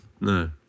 No